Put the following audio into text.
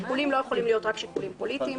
השיקולים לא יכולים להיות רק שיקולים פוליטיים,